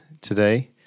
today